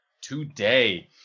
today